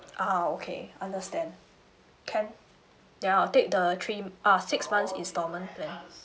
ah okay understand can then I'll take the three ah six months installment plan